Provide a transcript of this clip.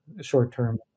short-term